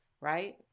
right